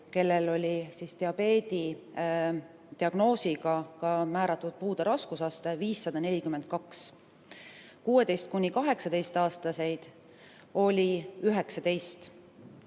kellele oli koos diabeedidiagnoosiga määratud puude raskusaste, 542. 16–18‑aastaseid oli 19.